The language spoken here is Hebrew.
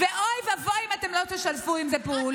ואוי ואבוי אם אתם לא תשתפו עם זה פעולה.